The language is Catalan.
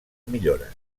millores